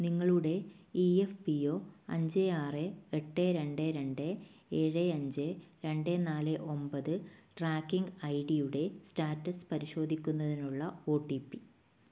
നിങ്ങളുടെ E F P O അഞ്ച് ആറ് എട്ട് രണ്ട് രണ്ട് ഏഴ് അഞ്ച് രണ്ട് നാല് ഒമ്പത് ട്രാക്കിംഗ് ഐ ഡിയുടെ സ്റ്റാറ്റസ് പരിശോധിക്കുന്നതിനുള്ള ഒ ടി പി